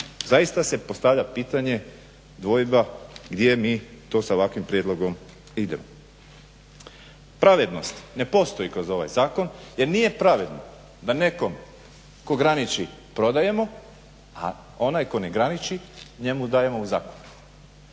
zaista se postavlja pitanje dvojba gdje mi to sa ovakvim prijedlogom idemo. Pravednost ne postoji kroz ovaj zakon jer nije pravedno da netko tko graniči prodajemo a onaj tko ne graniči njemu dajemo u zakup.